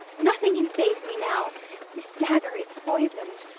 nothing can save me now this dagger is poisoned!